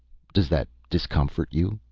does that discomfort you?